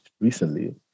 recently